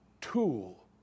tool